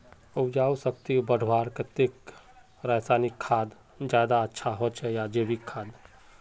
उपजाऊ शक्ति बढ़वार केते रासायनिक खाद ज्यादा अच्छा होचे या जैविक खाद?